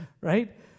Right